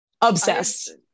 Obsessed